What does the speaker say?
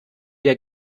der